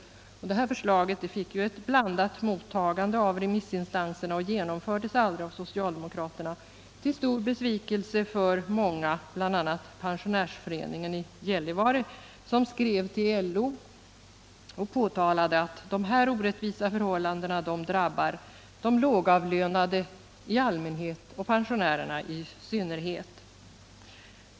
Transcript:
Förslaget fick ett blandat mottagande av remissinstanserna och genomfördes aldrig av socialdemokraterna — till stor besvikelse för många, bl.a. pensionärsföreningen i Gällivare, som skrev till LO och påtalade att dessa orättvisa förhållanden drabbar de lågavlönade i allmänhet och pensionärerna i synnerhet.